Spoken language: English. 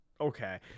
Okay